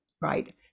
right